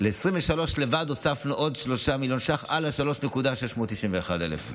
ל-2023 לבד הוספנו עוד 3 מיליון שקלים על 3,691,000 שקלים.